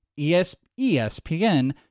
ESPN